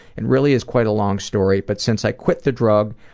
and really is quite a long story, but since i quit the drug,